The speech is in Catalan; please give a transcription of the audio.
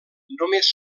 només